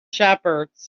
shepherds